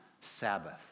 Sabbath